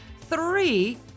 Three